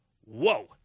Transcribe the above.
whoa